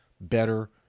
better